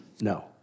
No